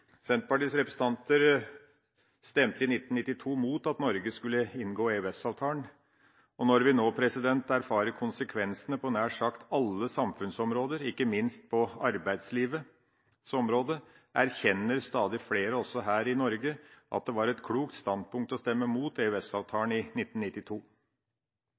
Senterpartiets representanter stemte i 1992 mot at Norge skulle inngå EØS-avtalen, og når vi nå erfarer konsekvensene på nær sagt alle samfunnsområder – ikke minst når det gjelder arbeidslivsområdet – erkjenner stadig flere også her i Norge at det var et klokt standpunkt å stemme mot EØS-avtalen i 1992.